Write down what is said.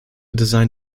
designed